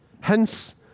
Hence